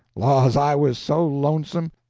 laws, i was so lonesome!